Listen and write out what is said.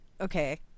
okay